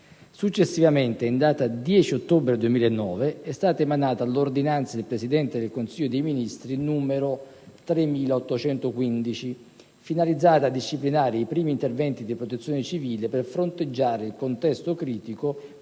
Successivamente, in data 10 ottobre 2009, è stata emanata l'ordinanza del Presidente del Consiglio dei ministri n. 3815, finalizzata a disciplinare i primi interventi di protezione civile per fronteggiare il contesto critico,